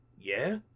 Yeah